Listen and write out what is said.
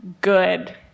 good